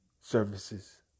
services